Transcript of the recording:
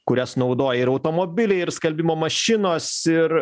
kurias naudoja ir automobiliai ir skalbimo mašinos ir